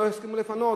לא יסכימו לפנות,